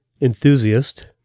enthusiast